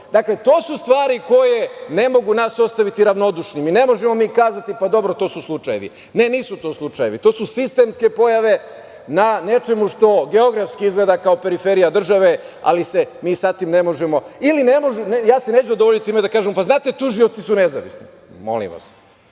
fioci. To su stvari ne mogu nas ostaviti ravnodušnim i ne možemo mi kazati – pa, dobro, tu su slučajevi. Ne, nisu to slučajevi, to su sistemske pojave na nečemu geografski izgleda kao periferija države, ali se mi sa tim ne možemo ili ne može, odnosno ja se neću zadovoljiti time da kažem – pa, znate tužioci su nezavisni. Molim vas,